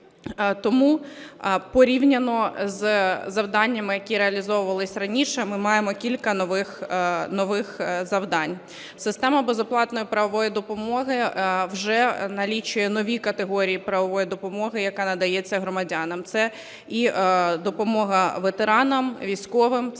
Тому порівняно із завданнями, які реалізовувалися раніше, ми маємо кілька нових завдань. Система безоплатної правової допомоги вже налічує нові категорії правової допомоги, яка надається громадянам. Це і допомога ветеранам, військовим, це